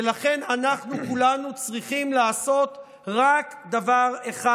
ולכן אנחנו כולנו צריכים לעשות רק דבר אחד